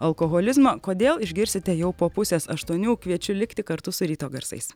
alkoholizmą kodėl išgirsite jau po pusės aštuonių kviečiu likti kartu su ryto garsais